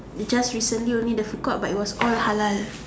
it just recently only the food court but it was all halal